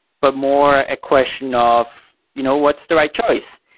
but more a question of you know what's the right choice?